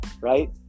Right